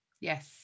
Yes